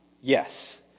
Yes